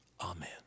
Amen